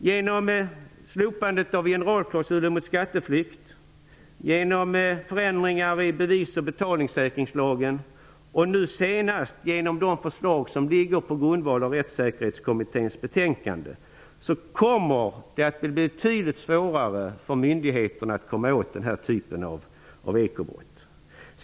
Genom slopandet av generalklausulen mot skatteflykt, genom förändringar i bevis och betalningssäkringslagen och nu senast genom de förslag som ligger på grundval av Rättssäkerhetskommitténs betänkande kommer det att bli betydligt svårare för myndigheterna att komma åt den här typen av ekobrott.